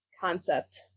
concept